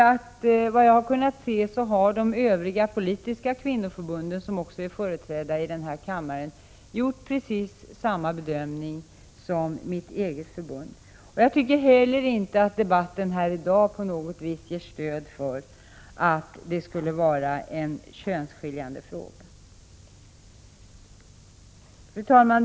Efter vad jag har kunnat se har de övriga politiska kvinnoförbunden, som också är företrädda i denna kammare, gjort precis samma bedömning som mitt eget förbund. Jag tycker heller inte att debatten här i dag på något vis ger stöd för uppfattningen att det skulle vara en könsskiljande fråga. Fru talman!